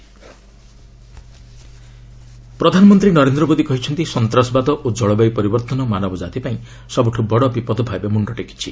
PM Gandhi ପ୍ରଧାନମନ୍ତ୍ରୀ ନରେନ୍ଦ୍ର ମୋଦି କହିଛନ୍ତି ସନ୍ତ୍ରାସବାଦ ଓ ଜଳବାୟୁ ପରିବର୍ତ୍ତନ ମାନବଜାତି ପାଇଁ ସବୁଠୁ ବଡ଼ ବିପଦ ଭାବେ ମୁଣ୍ଡ ଟେକିଛି